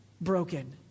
broken